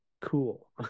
cool